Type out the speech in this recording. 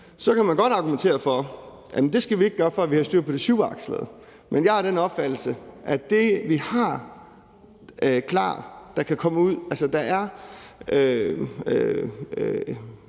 Så kan man godt argumentere for, at vi ikke skal gøre det, før vi har styr på de syvakslede. Man jeg er af den opfattelse, at det, vi har klar til at komme ud og blive